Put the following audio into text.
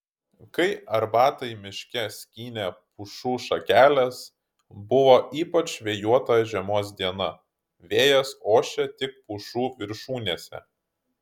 kai arbatai miške skynė pušų šakeles buvo ypač vėjuota žiemos diena vėjas ošė tik pušų viršūnėse